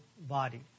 body